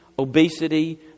Obesity